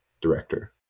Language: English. Director